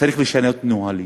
צריך לשנות נהלים.